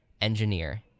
engineer